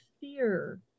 fear